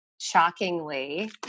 Shockingly